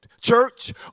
Church